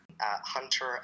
hunter